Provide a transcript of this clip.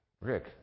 Rick